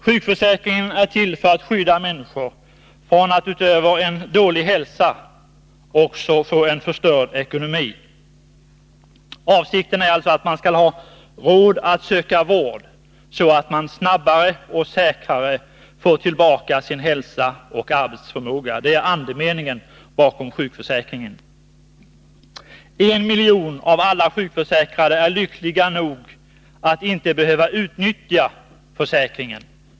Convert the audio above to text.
Sjukförsäkringen är till för att skydda människor från att utöver en dålig hälsa också få en förstörd ekonomi. Avsikten är alltså att man skall ha råd att söka vård, så att man snabbare och säkrare får tillbaka sin hälsa och arbetsförmåga. Det är andemeningen bakom sjukförsäkringen. En miljon av alla sjukförsäkrade är lyckliga nog att inte behöva utnyttja försäkringen.